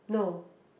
no